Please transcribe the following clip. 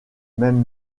même